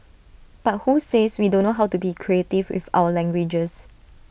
but who says we don't know how to be creative with our languages